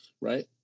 right